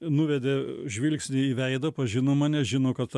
nuvedė žvilgsnį į veidą pažino mane žino kad